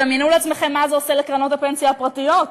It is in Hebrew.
דמיינו לעצמכם מה זה עושה לקרנות הפנסיה הפרטיות.